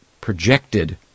projected